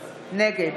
נגד